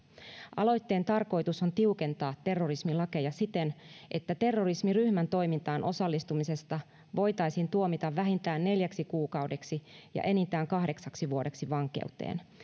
aloitteen tarkoitus on tiukentaa terrorismilakeja siten että terrorismiryhmän toimintaan osallistumisesta voitaisiin tuomita vähintään neljäksi kuukaudeksi ja enintään kahdeksaksi vuodeksi vankeuteen